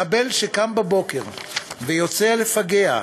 מחבל שקם בבוקר ויוצא לפגע,